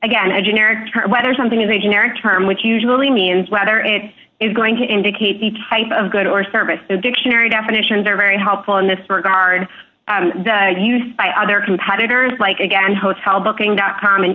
again a generic term whether something is a generic term which usually means whether it is going to indicate the type of good or service the dictionary definitions are very helpful in this regard to use by other competitors like again hotel booking dot com and